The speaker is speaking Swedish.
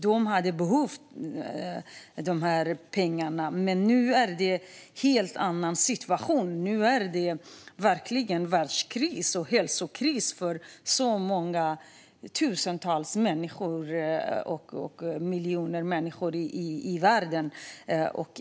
De hade behövt pengarna. Nu är det dock en helt annan situation. Nu är det verkligen en världskris och en hälsokris för miljoner människor i världen.